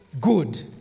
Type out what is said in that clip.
good